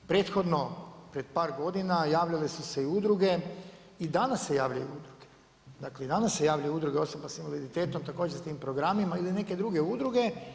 Prethodno pred par godina javljale su se i udruge i danas se javljaju udruge, dakle i danas se javljaju udruge osoba s invaliditetom također s tim programima ili neke druge udruge.